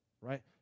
Right